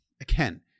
again